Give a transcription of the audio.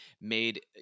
made